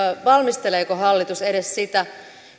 valmisteleeko hallitus edes sitä